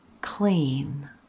clean